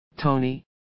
Tony